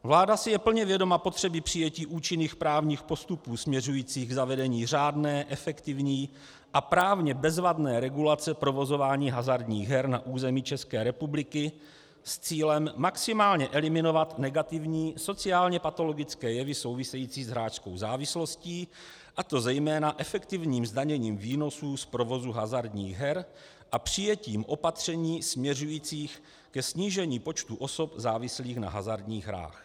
Vláda si je plně vědoma potřeby přijetí účinných právních postupů směřujících k zavedení řádné, efektivní a právně bezvadné regulace provozování hazardních her na území České republiky s cílem maximálně eliminovat negativní sociálněpatologické jevy související s hráčskou závislostí, a to zejména efektivním zdaněním výnosů z provozu hazardních her a přijetím opatření směřujících ke snížení počtu osob závislých na hazardních hrách.